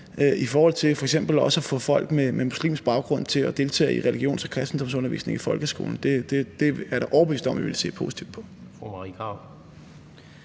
i forhold til f.eks. at få folk med muslimsk baggrund til at deltage i religions- og kristendomsundervisning i folkeskolen, men jeg er da overbevist om, at det er noget, vi vil se